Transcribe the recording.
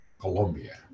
Colombia